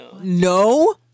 No